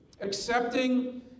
accepting